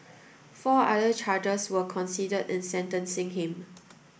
four other charges were considered in sentencing him